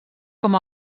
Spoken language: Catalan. com